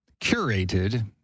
curated